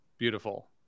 beautiful